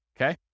okay